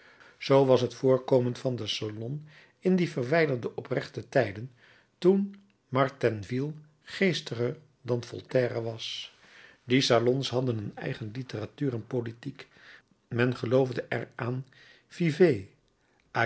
zoo was het voorkomen van den salon in die verwijderde oprechte tijden toen martainville geestiger dan voltaire was die salons hadden een eigen literatuur en politiek men geloofde er